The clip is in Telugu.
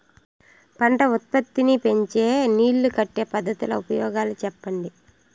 పంట ఉత్పత్తి నీ పెంచే నీళ్లు కట్టే పద్ధతుల ఉపయోగాలు చెప్పండి?